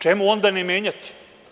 Čemu onda ne menjati?